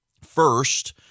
First